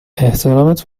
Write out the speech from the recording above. احترامت